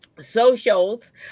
socials